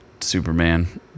Superman